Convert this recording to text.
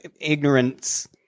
ignorance